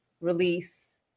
release